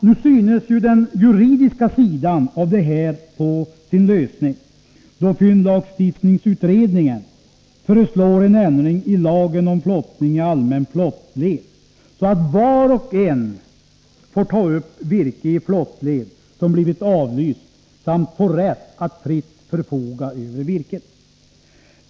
Nu synes den juridiska sidan av det här få sin lösning, då fyndlagstiftningsutredningen föreslår en ändring i lagen om flottning i allmän flottled, så att var och en får ta upp virke i flottled som har blivit avlyst samt får rätt att fritt förfoga över virket.